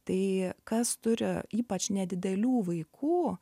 tai kas turi ypač nedidelių vaikų